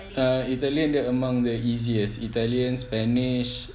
uh italian among the easiest italian spanish